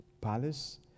palace